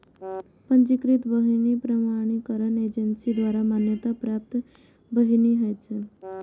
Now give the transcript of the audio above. पंजीकृत बीहनि प्रमाणीकरण एजेंसी द्वारा मान्यता प्राप्त बीहनि होइ छै